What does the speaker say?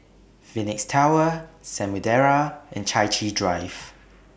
Phoenix Tower Samudera and Chai Chee Drive